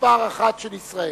מספר אחת של ישראל.